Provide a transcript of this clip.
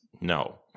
No